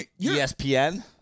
ESPN